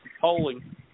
polling